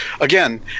again